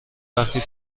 وقتی